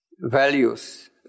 values